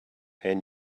and